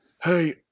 Hey